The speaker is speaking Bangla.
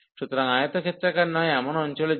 সুতরাং আয়তক্ষেত্রাকার নয় এমন অঞ্চলের জন্য